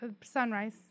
sunrise